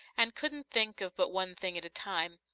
and couldn't think of but one thing at a time.